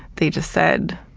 they just said,